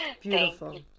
Beautiful